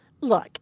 look